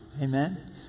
Amen